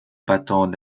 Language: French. battant